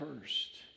first